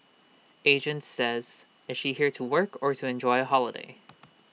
agent says is she here to work or to enjoy A holiday